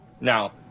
now